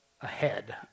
ahead